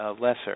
lesser